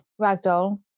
Ragdoll